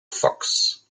fox